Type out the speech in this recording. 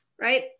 right